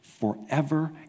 forever